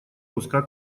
куска